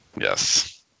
Yes